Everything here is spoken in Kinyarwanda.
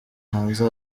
hanze